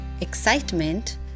excitement